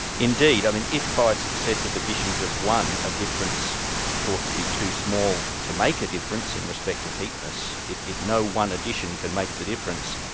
indeed. um if by successive additions of one, a difference thought to be too small to make a difference in respect of heap-ness, if if no one addition can make the difference,